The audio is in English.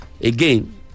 again